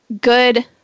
good